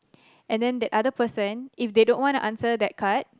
and then that other person if they don't wanna answer that card